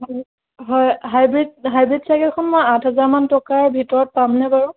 হয় হয় hybrid hybrid চাইকেলখন মই আঠ হাজাৰ মান টকাৰ ভিতৰত পামনে বাৰু